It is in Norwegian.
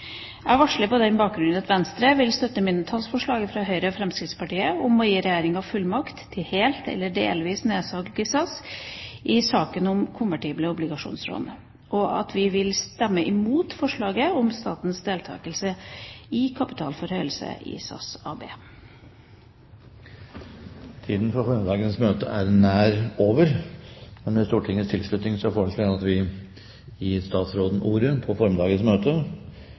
Jeg varsler på denne bakgrunn at Venstre vil støtte mindretallsforslaget fra Høyre og Fremskrittspartiet om å gi Regjeringa fullmakt til helt eller delvis nedsalg i SAS i saken om konvertibelt obligasjonslån, og at vi vil stemme mot forslaget om statens deltakelse i kapitalforhøyelse i SAS AB. Tiden for formiddagsmøtet er nær over. Presidenten foreslår at statsråden likevel får ordet, med